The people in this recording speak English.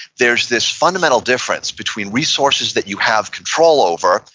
there's this fundamental difference between resources that you have control over,